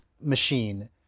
machine